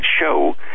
show